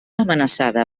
amenaçada